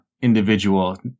individual